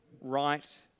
right